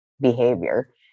behavior